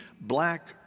black